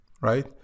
right